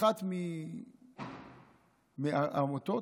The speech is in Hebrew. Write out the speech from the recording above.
אחת מהעמותות,